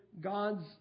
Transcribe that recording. Gods